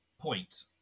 point